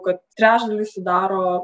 kad trečdalį sudaro